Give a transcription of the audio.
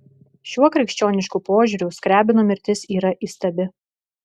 šiuo krikščionišku požiūriu skriabino mirtis yra įstabi